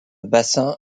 bassin